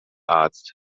arzt